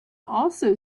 also